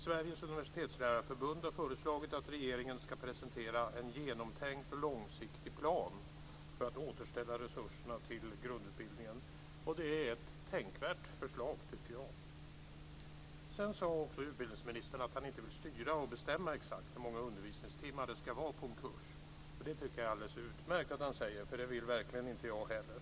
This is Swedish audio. Sveriges universitetslärarförbund har föreslagit att regeringen ska presentera en genomtänkt och långsiktig plan för att återställa resurserna till grundutbildningen. Det är ett tänkvärt förslag, tycker jag. Sedan sade också utbildningsministern att han inte vill styra och bestämma exakt hur många undervisningstimmar det ska vara på en kurs. Det är alldeles utmärkt att han säger det, för det vill verkligen inte jag heller.